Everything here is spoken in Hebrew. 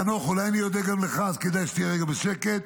חנוך, אולי אודה גם לך, אז כדאי שתהיה רגע בשקט.